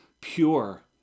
pure